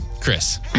Chris